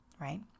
right